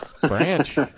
Branch